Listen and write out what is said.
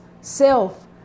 self